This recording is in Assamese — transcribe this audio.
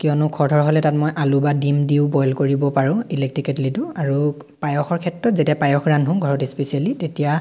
কিয়নো খৰধৰ হ'লে তাত মই আলু বা ডিম দিও বইল কৰিব পাৰোঁ ইলেক্ট্ৰিক কেটলিটো আৰু পায়সৰ ক্ষেত্ৰত যেতিয়া পায়স ৰান্ধো ঘৰত স্পেচিয়েলি তেতিয়া